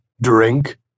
Drink